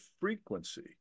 frequency